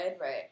right